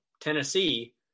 Tennessee